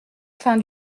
fin